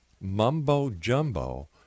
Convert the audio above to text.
mumbo-jumbo